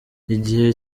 igihe